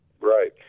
Right